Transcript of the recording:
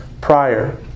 prior